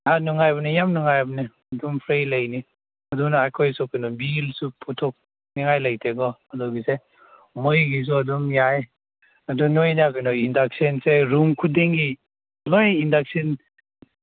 ꯑꯥ ꯅꯨꯉꯥꯏꯕꯅꯦ ꯌꯥꯝ ꯅꯨꯉꯥꯏꯕꯅꯦ ꯑꯗꯨꯝ ꯐ꯭ꯔꯤ ꯂꯩꯅꯤ ꯑꯗꯨꯅ ꯑꯩꯈꯣꯏꯁꯨ ꯀꯩꯅꯣ ꯕꯤꯜꯁꯨ ꯄꯨꯊꯣꯛꯅꯤꯡꯉꯥꯏ ꯂꯩꯇꯦꯀꯣ ꯑꯗꯨꯒꯤꯁꯦ ꯃꯩꯒꯤꯁꯨ ꯑꯗꯨꯝ ꯌꯥꯏ ꯑꯗꯨ ꯅꯣꯏꯅ ꯀꯩꯅꯣꯁꯦ ꯏꯟꯗꯛꯁꯟꯁꯦ ꯔꯨꯝ ꯈꯨꯗꯤꯡꯒꯤ ꯅꯣꯏ ꯏꯟꯗꯛꯁꯟ